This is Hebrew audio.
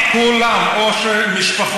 50,000 איש שהגיעו מקבלים שכר?